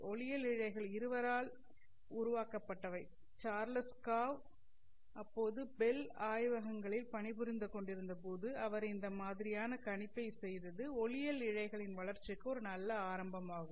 ஒளியியல் இழைகள் இருவரால் உருவாக்கப்பட்டவை சார்லஸ் காவ் அப்போது பெல் ஆய்வகங்களில் பணிபுரிந்து கொண்டிருந்த போது அவர் இந்த மாதிரியான கணிப்பைச் செய்தது ஒளியியல் இழைககளின் வளர்ச்சிக்கு ஒரு நல்ல ஆரம்பம் ஆகும்